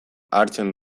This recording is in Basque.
hartzen